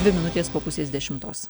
dvi minutės po pusės dešimtos